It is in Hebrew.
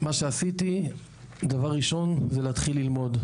מה שעשיתי דבר ראשון זה להתחיל ללמוד,